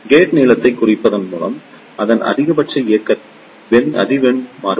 gate நீளத்தை குறைப்பதன் மூலம் அதன் அதிகபட்ச இயக்க அதிர்வெண் மாறுபடும்